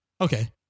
Okay